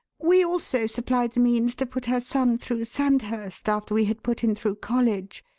we also supplied the means to put her son through sandhurst after we had put him through college,